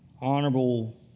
Honorable